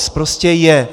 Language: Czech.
Prostě je.